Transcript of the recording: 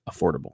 affordable